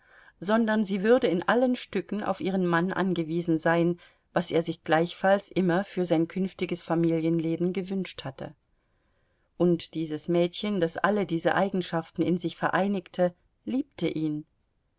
sondern sie würde in allen stücken auf ihren mann angewiesen sein was er sich gleichfalls immer für sein künftiges familienleben gewünscht hatte und dieses mädchen das alle diese eigenschaften in sich vereinigte liebte ihn